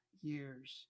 years